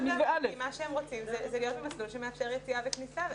מה הם רוצים זה להיות במסלול שמאפשר יציאה וכניסה.